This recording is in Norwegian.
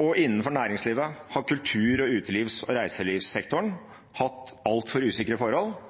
og innenfor næringslivet har sektorene kultur, uteliv og reiseliv hatt altfor usikre forhold